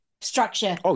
structure